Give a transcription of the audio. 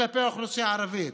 כלפי האוכלוסייה הערבית.